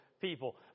people